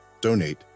donate